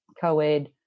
co-ed